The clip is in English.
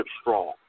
strong